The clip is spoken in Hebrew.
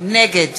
נגד